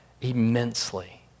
immensely